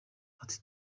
ati